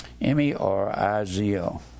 M-E-R-I-Z-O